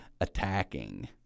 attacking